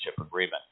agreement